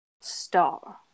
star